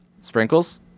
Sprinkles